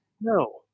No